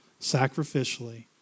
Sacrificially